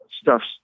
Stuff's